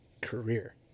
career